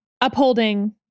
upholding